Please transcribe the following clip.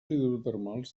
hidrotermals